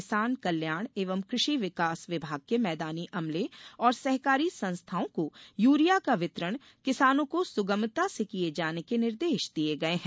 किसान कल्याण एवं कृषि विकास विभाग के मैदानी अमले और सहकारी संस्थाओं को यूरिया का वितरण किसानों को सुगमता से किये जाने के निर्देश दिये गये हैं